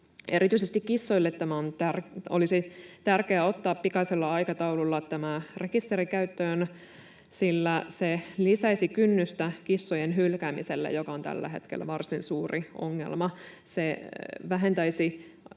Erityisesti kissoille tämä rekisteri olisi tärkeää ottaa käyttöön pikaisella aikataululla, sillä se lisäisi kynnystä kissojen hylkäämiselle, joka on tällä hetkellä varsin suuri ongelma.